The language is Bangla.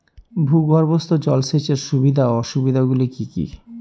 ভূগর্ভস্থ জল সেচের সুবিধা ও অসুবিধা গুলি কি কি?